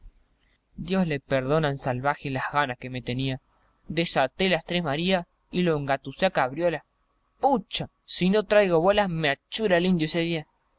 dios le perdone al salvaje las ganas que me tenía desaté las tres marías y lo engatusé a cabriolas pucha si no traigo bolas me achura el indio ese día